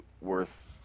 worth